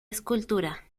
escultura